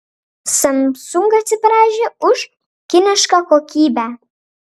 samsung atsiprašė už kinišką kokybę